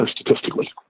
statistically